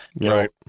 Right